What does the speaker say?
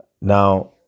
Now